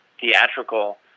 theatrical